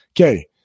Okay